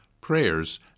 prayers